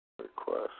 Request